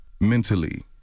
Mentally